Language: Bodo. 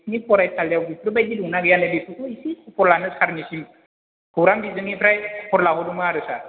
नोंसोरनि फरायसालियाव बेफोर बायदि दंना गैया नै बेफोरखौ एसे खबर लानो सारनिसिम खौरां बिजोंनिफ्राय खबर लाहरदोंमोन आरो सार